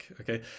Okay